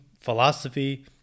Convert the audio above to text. philosophy